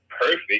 perfect